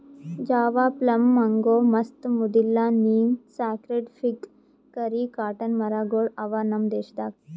Java plum, mango, mast, ಮುದಿಲ್ಲ, neem, sacred fig, curry, cotton ಮರ ಗೊಳ್ ಅವಾ ನಮ್ ದೇಶದಾಗ್